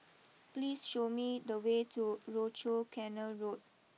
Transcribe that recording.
please show me the way to Rochor Canal Road